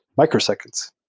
microseconds,